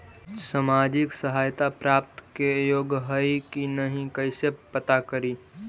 सामाजिक सहायता प्राप्त के योग्य हई कि नहीं कैसे पता करी?